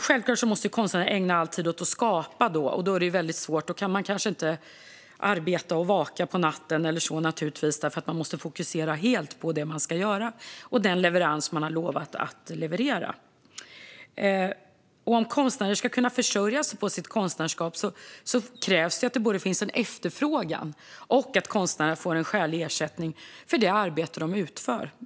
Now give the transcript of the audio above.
Självklart måste konstnärer ägna all tid åt att skapa. Då kan de naturligtvis inte arbeta och vaka på natten, eftersom de helt måste fokusera på det som de ska göra och som de har lovat att leverera. Om konstnärer ska kunna försörja sig på sitt konstnärskap krävs det både att det finns en efterfrågan och att konstnärerna får en skälig ersättning för det arbete som de utför.